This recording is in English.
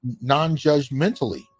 non-judgmentally